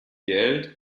geld